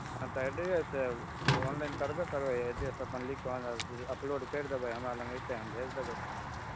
आ तऽ एड्रेस ओ ऑनलाइन करबे करबै एड्रेस अपन लिखि कऽ मतलब ऑनलाइन अपलोड करि देबै हमरा लग अयतै हम भेज देबै